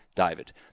David